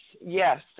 yes